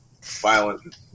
violent